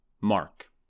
Mark